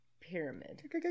pyramid